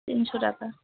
তিনশো টাকা